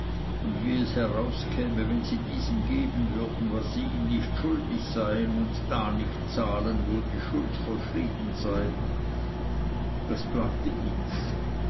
und wie es herauskäme wenn sie diesem geben würden was sie ihm nicht schuldig seien und da nicht zahlen wo die schuld verschrieben sei das plagte ihns